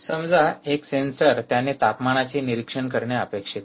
समजा एक सेन्सर त्याने तापमानाचे निरीक्षण करणे अपेक्षित आहे